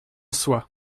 soit